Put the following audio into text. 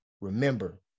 Remember